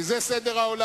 כי זה סדר העולם.